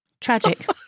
Tragic